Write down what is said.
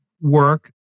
work